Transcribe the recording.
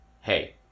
hey